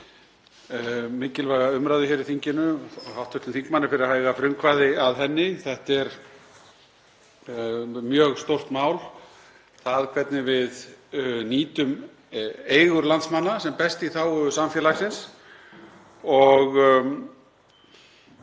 mjög stórt mál, það hvernig við nýtum eigur landsmanna sem best í þágu samfélagsins. Ég